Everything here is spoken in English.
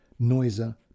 Noiser